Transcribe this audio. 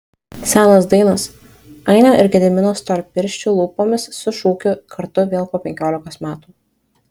senos dainos ainio ir gedimino storpirščių lūpomis su šūkiu kartu vėl po penkiolikos metų